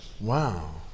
Wow